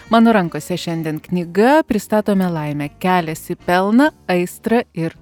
mano rankose šiandien knyga pristatome laimę kelias į pelną aistrą ir